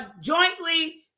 jointly